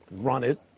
run it,